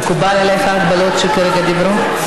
מקובלות עליך ההגבלות שעליהן כרגע דיברו?